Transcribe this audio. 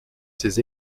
ses